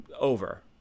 over